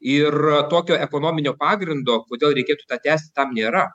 ir tokio ekonominio pagrindo kodėl reikėtų tą tęsti tam nėra